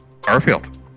Garfield